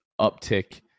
uptick